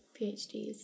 PhDs